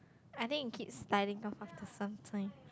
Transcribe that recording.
I think in kids styling after some time